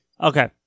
Okay